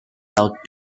out